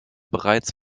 bereits